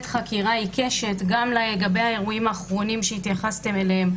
חקירה עיקשת גם לגבי האירועים האחרונים שהתייחסתם אליהם,